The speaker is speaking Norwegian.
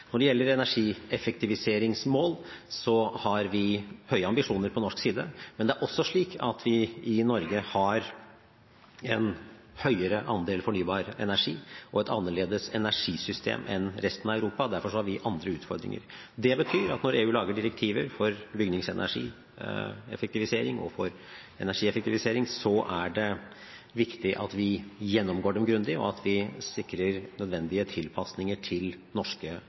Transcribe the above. Når det gjelder energieffektiviseringsmål, har vi høye ambisjoner på norsk side, men det er også slik at vi i Norge har en høyere andel fornybar energi og et annerledes energisystem enn resten av Europa. Derfor har vi andre utfordringer. Det betyr at når EU lager direktiver for bygningsenergieffektivisering og for energieffektivisering, er det viktig at vi gjennomgår dem grundig, og at vi sikrer nødvendige tilpasninger til norske